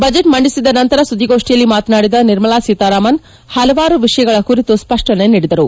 budget ಮಂಡಿಸಿದ ನಂತರ ಸುದ್ದಿಗೋಷ್ಠಿಯಲ್ಲಿ ಮಾತನಾಡಿದ ನಿರ್ಮಲಾ ಸೀತಾರಾಮನ್ ಹಲವಾರು ವಿಷಯಗಳ ಕುರಿತು ಸ್ಪಷ್ಟನೆ ನೀಡಿದರು